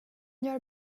gör